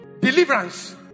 deliverance